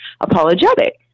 apologetic